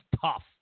tough